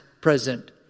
Present